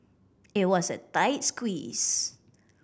it was a tight squeeze